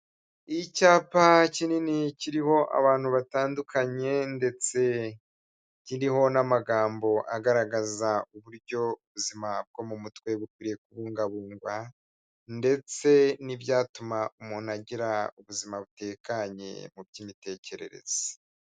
Icyapa kinini kiriho abantu batandukanye ndetse kiriho n'amagambo agaragaza uburyo ubuzima bwo mu mutwe bukwiye kubungabungwa, ndetse n'ibyatuma umuntu agira ubuzima butekanye mu by'imitekerereze.